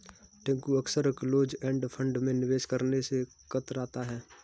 टिंकू अक्सर close end fund में निवेश करने से कतराता है